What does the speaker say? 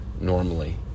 normally